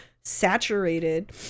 saturated